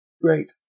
Great